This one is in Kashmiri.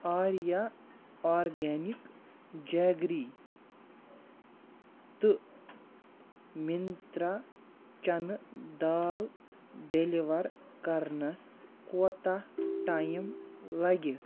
آریا آرگینِک جیگری تہٕ مِنترٛا چَنہٕ دال ڈیٚلِوَر کَرنَس کوتاہ ٹایِم لَگہِ